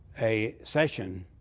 a session